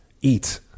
eat